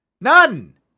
None